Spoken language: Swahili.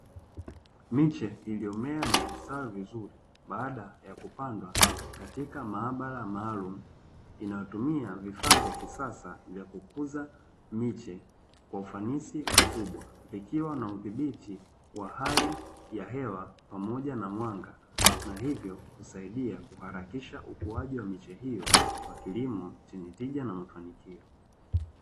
Miche iliyomea na kustawi vizuri baada ya kupandwa katika maabara maalumu, inayotumia vifaa vya kisasa vya kukuza miche kwa ufanisi mkubwa; ikiwa na udhibiti wa hali ya hewa pamoja na mwanga na hivyo kusaidia kuharakisha ukuaji wa miche hiyo kwa kilimo chenye tija na mafanikio.